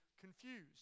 confused